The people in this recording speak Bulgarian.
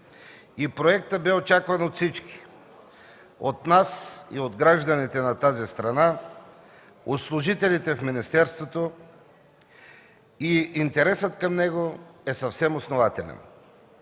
Проектът бе очакван от всички – от нас, от гражданите на тази страна, от служителите в министерството и интересът към него е съвсем основателен.